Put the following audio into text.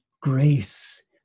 grace